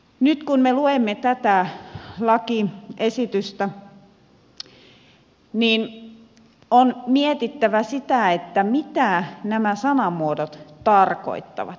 nyt kun me luemme tätä lakiesitystä on mietittävä sitä mitä nämä sanamuodot tarkoittavat